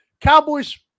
Cowboys